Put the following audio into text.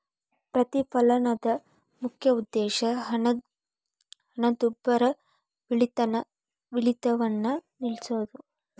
ಪ್ರತಿಫಲನದ ಮುಖ್ಯ ಉದ್ದೇಶ ಹಣದುಬ್ಬರವಿಳಿತವನ್ನ ನಿಲ್ಸೋದು